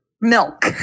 Milk